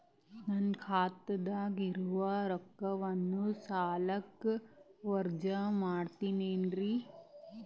ನನ್ನ ಖಾತಗ ಇರುವ ರೊಕ್ಕವನ್ನು ಸಾಲಕ್ಕ ವಜಾ ಮಾಡ್ತಿರೆನ್ರಿ?